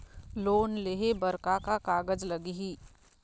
Loan लेहे बर का का कागज लगही?